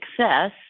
success